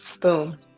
boom